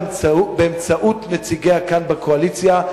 באמצעות נציגיה כאן בקואליציה,